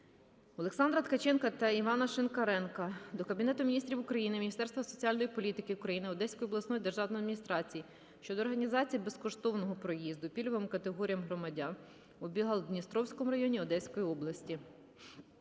Олександра Ткаченка та Івана Шинкаренка до Кабінету Міністрів України, Міністерства соціальної політики України, Одеської обласної державної адміністрації щодо організації безкоштовного проїзду пільговим категоріям громадян у Білгород-Дністровському районі Одеської області.